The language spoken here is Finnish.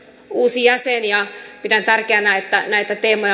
uusi jäsen ja pidän tärkeänä että näitä teemoja